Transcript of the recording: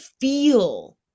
feel